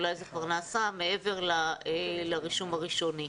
אולי זה כבר נעשה מעבר לרישום הראשוני.